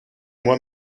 moi